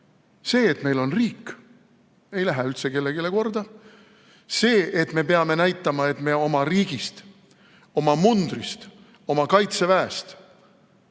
et meil on riik, ei lähe üldse kellelegi korda. See, et me peame näitama, et me oma riigist, oma mundrist, oma Kaitseväest,